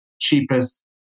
cheapest